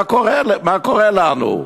מה קורה לנו?